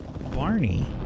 Barney